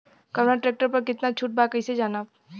कवना ट्रेक्टर पर कितना छूट बा कैसे जानब?